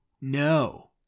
no